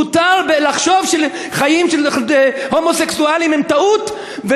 מותר לחשוב שחיים של הומוסקסואלים הם טעות,